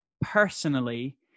personally